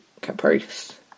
Caprice